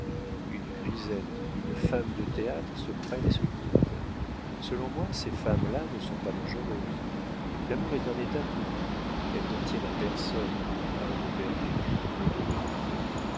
une grisette une femme de théâtre se prennent et se quittent selon moi ces femmes-là ne sont pas dangereuses l'amour est un état pour elles elles ne tiennent à personne un de perdu deux de retrouvés